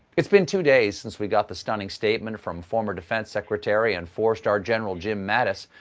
it's been two days since we got the stunning statement from former defense secretary and four-star general jim mattis,